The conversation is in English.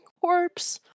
corpse